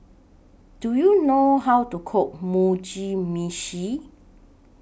Do YOU know How to Cook Mugi Meshi